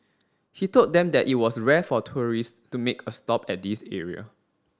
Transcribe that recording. he told them that it was rare for tourists to make a stop at this area